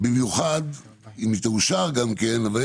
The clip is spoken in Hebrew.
במיוחד בימים שיהיו